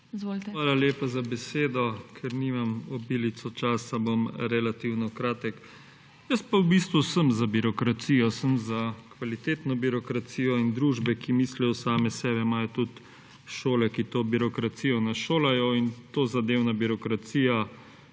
SD):** Hvala lepa za besedo. Ker nimam obilico časa, bom relativno kratek. Jaz pa v bistvu sem za birokracijo, sem za kvalitetno birokracijo in družbe, ki mislijo o sami sebi, imajo tudi šole, ki to birokracijo našolajo in tozadevna birokracija